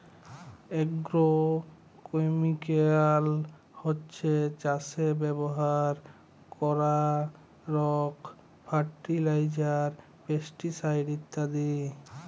agrochemical হছ্যে চাসে ব্যবহার করারক ফার্টিলাইজার, পেস্টিসাইড ইত্যাদি